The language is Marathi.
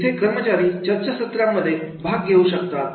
इथे कर्मचारी चर्चासत्रांमध्ये भाग घेऊ शकतात